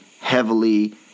heavily